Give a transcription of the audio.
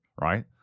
right